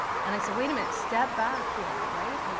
and i said, wait a minute. step back here, right?